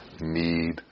need